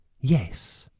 yes